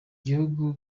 gihugu